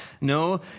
No